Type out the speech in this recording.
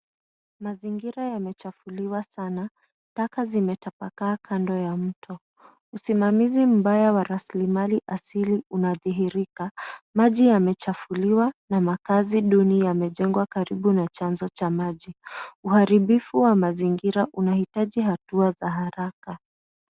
Mazingira yamechafuliwa sana. Taka zimetapakaa kando ya mto. Usimamizi mbaya wa rasilimali asili unadhihirika. Maji yamechafuliwa na makazi duni yamejengwa karibu na chanzo cha maji. Uharibifu wa mazingira unahitaji hatua za haraka.